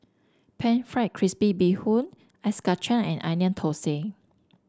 pan fried crispy Bee Hoon Ice Kachang and Onion Thosai